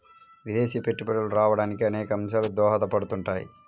విదేశీ పెట్టుబడులు రావడానికి అనేక అంశాలు దోహదపడుతుంటాయి